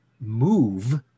move